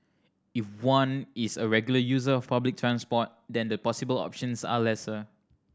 if one is a regular user of public transport then the possible options are lesser